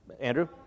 Andrew